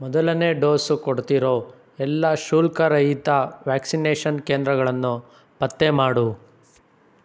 ಮೊದಲನೇ ಡೋಸು ಕೊಡ್ತಿರೋ ಎಲ್ಲ ಶುಲ್ಕರಹಿತ ವ್ಯಾಕ್ಸಿನೇಷನ್ ಕೇಂದ್ರಗಳನ್ನು ಪತ್ತೆ ಮಾಡು